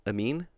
Amin